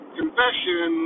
confession